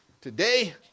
today